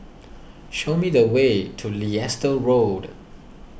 show me the way to Leicester Road